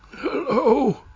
Hello